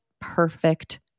perfect